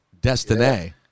Destiny